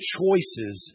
choices